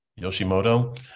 yoshimoto